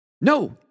No